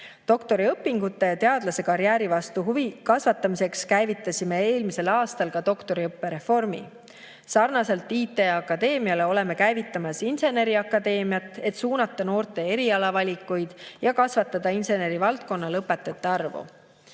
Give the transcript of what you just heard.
Doktoriõpingute ja teadlasekarjääri vastu huvi kasvatamiseks käivitasime eelmisel aastal ka doktoriõppe reformi. Sarnaselt IT Akadeemiale oleme käivitamas inseneriakadeemiat, et suunata noorte erialavalikuid ja kasvatada insenerivaldkonna lõpetajate arvu.